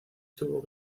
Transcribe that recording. tuvo